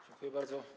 Dziękuję bardzo.